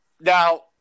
Now